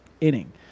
inning